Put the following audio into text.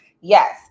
Yes